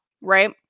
right